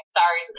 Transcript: sorry